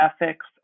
ethics